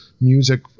music